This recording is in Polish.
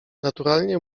naturalnie